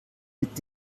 mit